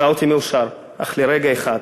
עשתה אותי מאושר, אך לרגע אחד.